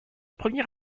premier